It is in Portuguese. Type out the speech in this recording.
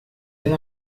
não